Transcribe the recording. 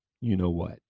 you-know-what